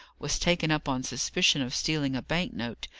was taken up on suspicion of stealing a bank-note,